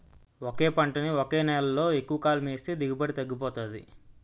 ఒకే పంటని ఒకే నేలలో ఎక్కువకాలం ఏస్తే దిగుబడి తగ్గిపోతాది